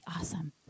awesome